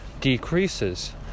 decreases